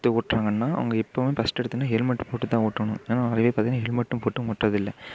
எடுத்து ஓட்டுறாங்கனா அவங்க எப்போவும் ஃபஸ்ட்டு எடுத்தோடனே ஹெல்மட் போட்டுத்தான் ஓட்டணும் ஆனால் நிறைய பேர் ஹெல்மட்டும் போட்டு ஓட்டுறது இல்லை